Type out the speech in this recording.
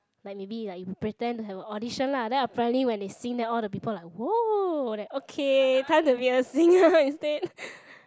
like maybe like you pretend to have a audition lah then apparently when they sing then all the people like !woah! then okay time to be a singer instead